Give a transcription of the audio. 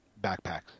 backpacks